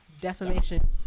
Defamation